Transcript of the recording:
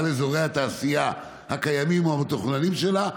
על אזורי התעשייה הקיימים או המתוכננים שלהן,